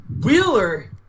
Wheeler